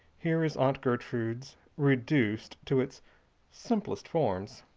here is aunt gertrude's, reduced to its simplest forms